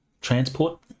transport